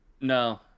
No